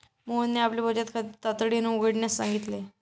मोहनने आपले बचत खाते तातडीने उघडण्यास सांगितले